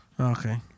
okay